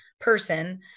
person